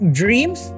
dreams